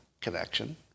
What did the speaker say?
connection